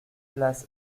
place